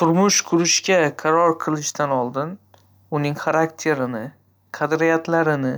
﻿Turmush kurishga qaror qilishdan oldin, uning xarakterini, qadriyatlarini